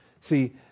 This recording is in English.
See